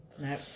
No